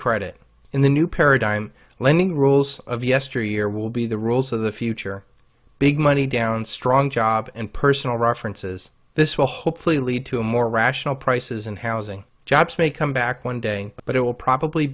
credit in the new paradigm lending rules of yesteryear will be the rules of the future big money down strong jobs and personal references this will hopefully lead to a more rational prices in housing jobs may come back one day but it will probably